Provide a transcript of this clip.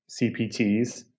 CPTs